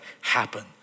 happen